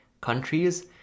countries